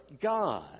God